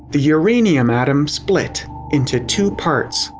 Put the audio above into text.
the uranium atom split into two parts.